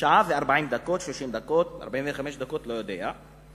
בשעה ו-40 דקות, 30 דקות, 45 דקות, לא יודע.